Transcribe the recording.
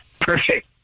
Perfect